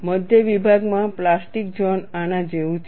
મધ્ય વિભાગમાં plastic zone આના જેવું છે